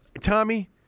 Tommy